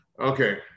okay